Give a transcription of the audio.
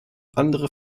andere